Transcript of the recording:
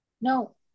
No